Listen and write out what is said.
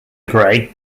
gray